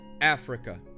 Africa